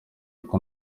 kuko